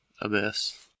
abyss